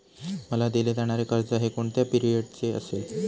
मला दिले जाणारे कर्ज हे कोणत्या पिरियडचे असेल?